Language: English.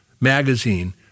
magazine